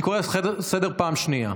אני קורא אותך לסדר בפעם השנייה.